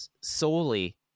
solely